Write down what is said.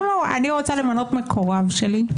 אני רוצה למנות מקורב שלי.